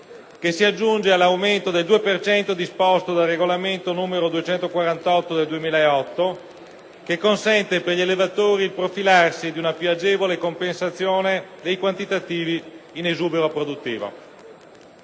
che si aggiunge a quello del 2 per cento disposto dal regolamento(CE) n. 248 del 2008, che consente agli allevatori il profilarsi di una più agevole compensazione dei quantitativi in esubero produttivo.